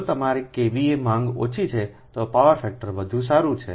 જો તમારી KVA માંગ ઓછી છે તો પાવર ફેક્ટર વધુ સારું છે